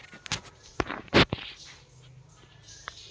ವಾತಾವರಣ, ಮಣ್ಣು ನೇರು ಇವೆಲ್ಲವುಗಳಿಂದ ಕೃಷಿ ಮೇಲೆ ಆಗು ಬದಲಾವಣೆ